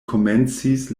komencis